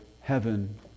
heaven